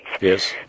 Yes